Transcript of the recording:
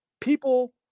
people